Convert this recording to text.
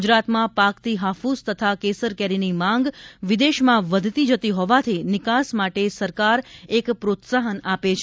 ગુજરાતમાં પાકતી હાકૂસ તથા કેસર કેરીની માંગ વિદેશમાં વધતી જતી હોવાથી નિકાસ માટે સરકાર એક પોત્સાહન આપે છે